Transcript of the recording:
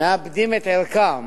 מאבדים את ערכם